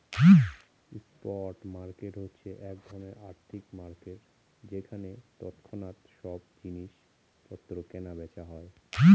spot market হচ্ছে এক ধরনের আর্থিক মার্কেট যেখানে তৎক্ষণাৎ সব জিনিস পত্র কেনা বেচা হয়